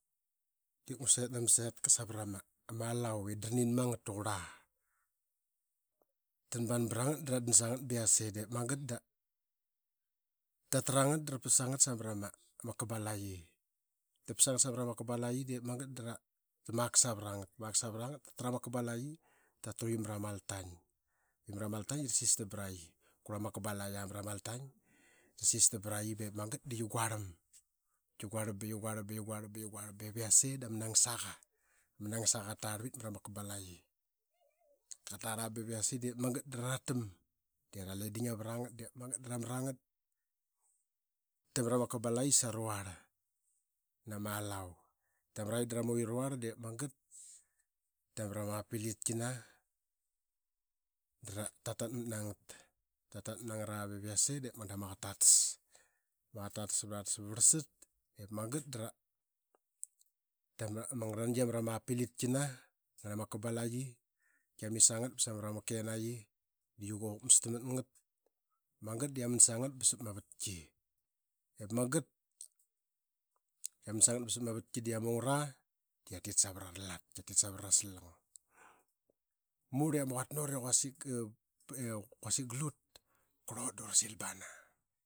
Diip ngu set dii savra ma alaua i da ra nin ma ngat taqurla. Tanban pra ngat da ra dansa ngat ba qiase. Diip magat da ra tra ngat da ra pasas ngat mra ma kabalayi. Ta pasa aa ngat sa mra Kabalayi da ra savra ngat ta mak savra ngat da ra tra ma. Kbalayi dra tu qi mra ma altaning. Da ra sistam pra qi. Kurla ma kabalaya mrama alting da ra sistam pra qi diip magat da qia guarlam. Qia guarlam ba qia guralam ba qi guralam ba qia guartam ba ip yase da nangasaqa qa tarvit namra ma kabalaqi. Katarl aa ba ip yase da ra ratam dii ra le ding navra ngat. Diip mangat dara mrangat. Ta mra ma kabalayi sa ruarl nama alau. T a mra qi da ra muqi raurl diip magat da ratra ma apilitkina da ra tatmat na ngat. Ta tatmat na ngat aa ba ip yase da ma qaqet tatas ma qaqet tatas ba ratas aa ba varlsat. Diip magat da ma ngarlnangi qia tra ma apilitkina ngana ma kabalaqi da qia mis sa ngat sa mra kinaqi. Qia quqmastam mat ngat diip magat da qiadan sa ngat sap ma avatki. Qiaman sa ngat sar ma vatki da qarlingat aa diip magatda qia tit savra ra lat prama slang. Murl i ama quatanut i ama quasik galut dii qarlut da uri sil bana.